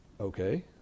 Okay